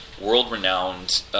world-renowned